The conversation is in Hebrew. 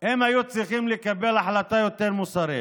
הם היו צריכים לקבל החלטה יותר מוסרית,